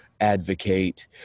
advocate